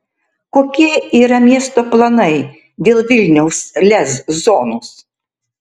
kokie yra miesto planai dėl vilniaus lez zonos